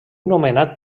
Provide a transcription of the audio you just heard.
nomenat